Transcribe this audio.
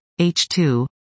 H2